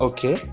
Okay